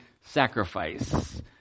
sacrifice